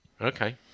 Okay